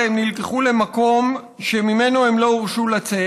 הם נלקחו למקום שממנו הם לא הורשו לצאת.